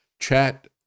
Chat